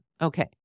Okay